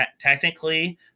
technically